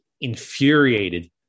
infuriated